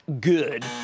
good